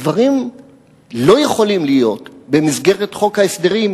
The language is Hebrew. הדברים לא יכולים להיות במסגרת חוק ההסדרים,